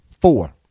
Four